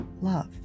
love